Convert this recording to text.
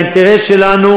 האינטרס שלנו,